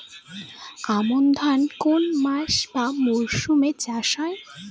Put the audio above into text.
আমন ধান কোন মাসে বা মরশুমে চাষ হয়?